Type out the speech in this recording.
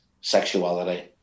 sexuality